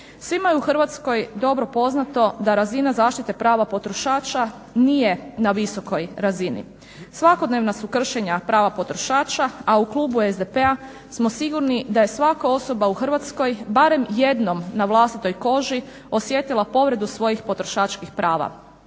Svima je u Hrvatskoj dobro poznato da razina zaštite prava potrošača nije na visokoj razini. Svakodnevna su kršenja prava potrošača, a u klubu SDP-a smo sigurni da je svaka osoba u Hrvatskoj barem jednom na vlastitoj koži osjetila povredu svojih potrošačkih prava.